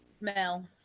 Mel